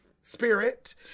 spirit